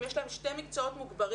אם יש להם שני מקצועות מוגברים